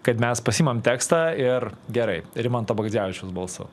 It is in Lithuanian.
kad mes pasiimam tekstą ir gerai rimanto bagdzevičiaus balsu